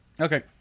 Okay